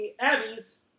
Abby's